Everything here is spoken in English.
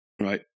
right